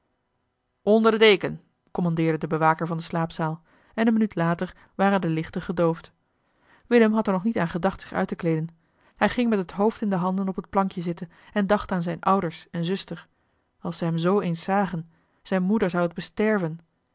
de deken kommandeerde de bewaker van de slaapzaal en een minuut later waren de lichten gedoofd willem had er nog niet aan gedacht zich uit te kleeden hij ging met het hoofd in de handen op het plankje zitten en dacht aan zijne ouders en zuster als ze hem zoo eens zagen zijne moeder zou het besterven